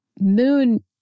moon